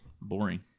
boring